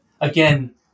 Again